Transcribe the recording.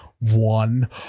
one